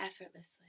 effortlessly